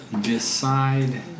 decide